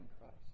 Christ